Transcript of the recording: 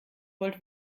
wollt